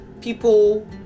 people